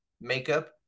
makeup